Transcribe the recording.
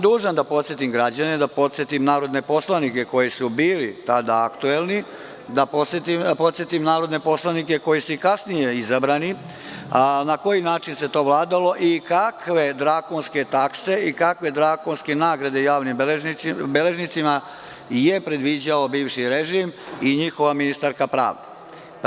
Dužan sam da podsetim građane, narodne poslanike, koji su bili tada aktuelni, kao i narodne poslanike koji su kasnije izabrani, na koji način se to vladalo i kakve drakonske takse i nagrade javnim beležnicima je predviđao bivši režim i njihova ministarka pravde.